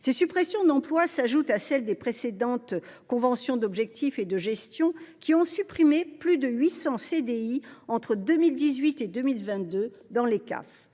Ces suppressions d’emplois s’ajoutent à celles des précédentes conventions d’objectif et de gestion, qui ont supprimé plus de 800 CDI entre 2018 et 2022 dans les CAF.